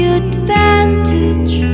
advantage